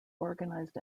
organized